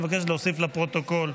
אני מבקש להוסיף לפרוטוקול,